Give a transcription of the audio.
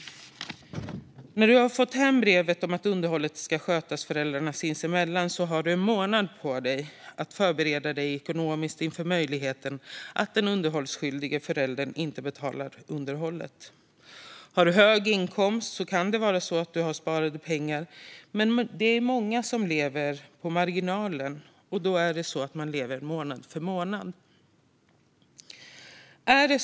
När man har fått hem brevet om att underhållet ska skötas föräldrarna sinsemellan har man en månad på sig att förbereda sig ekonomiskt på möjligheten att den underhållsskyldige föräldern inte kommer att betala underhållet. Har man hög inkomst har man kanske sparade pengar. Men många lever på marginalen, och då lever man månad för månad.